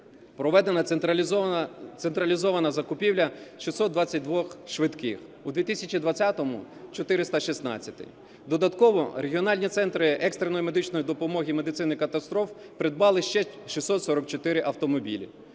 проведена централізована закупівля 622 швидких, у 2020 році 416. Додатково регіональні центри екстреної медичної допомоги медицини катастроф придбали ще 644 автомобілі.